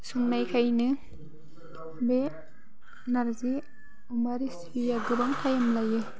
संनायखायनो बे नारजि अमा रेसिपिया गोबां टाइम लायो